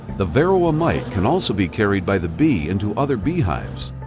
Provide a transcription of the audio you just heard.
the varroa mite can also be carried by the bee into other beehives.